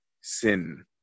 sin